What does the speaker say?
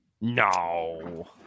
No